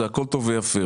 זה הכל טוב ויפה.